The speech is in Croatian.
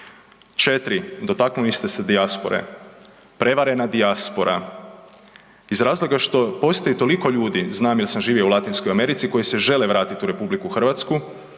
4, dotaknuli ste se dijaspore. Prevarena dijaspora. Iz razloga što postoji toliko ljudi, znam jer sam živio u Latinskoj Americi koji se žele vratiti u RH, međutim,